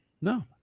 No